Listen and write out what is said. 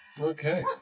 Okay